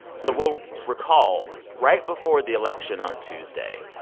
so we'll recall right before the election on tuesday,